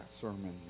sermon